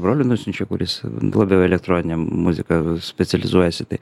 broliui nusiunčiau kuris labiau elektronine muzika specializuojasi tai